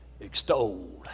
extolled